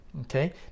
Okay